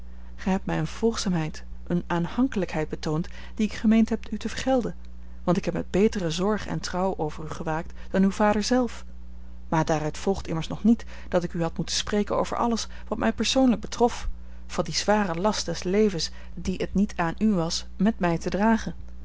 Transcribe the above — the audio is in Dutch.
gij hebt mij eene volgzaamheid eene aanhankelijkheid betoond die ik gemeend heb u te vergelden want ik heb met betere zorg en trouw over u gewaakt dan uw vader zelf maar daaruit volgt immers nog niet dat ik u had moeten spreken over alles wat mij persoonlijk betrof van dien zwaren last des levens dien het niet aan u was met mij te dragen